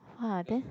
!wah! then